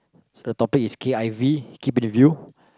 so the topic is k_i_v keep it with you